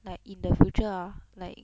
like in the future ah like